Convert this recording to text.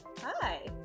Hi